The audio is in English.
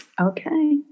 Okay